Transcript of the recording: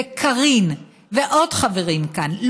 וקארין ועוד חברים כאן,